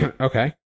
Okay